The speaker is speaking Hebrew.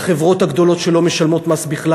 החברות הגדולות שלא משלמות מס בכלל.